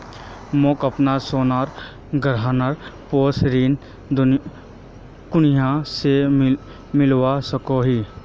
मोक अपना सोनार गहनार पोर ऋण कुनियाँ से मिलवा सको हो?